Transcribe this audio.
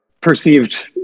perceived